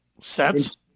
sets